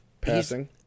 Passing